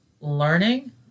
learning